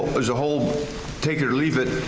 there's a whole take it or leave it.